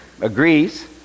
agrees